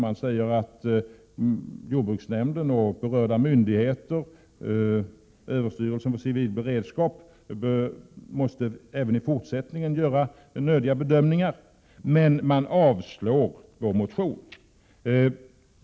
Man säger att jordbruksnämnden och överstyrelsen för civil beredskap samt andra berörda myndigheter även i fortsättningen måste göra de bedömningar som behövs. Men man avstyrker vår motion.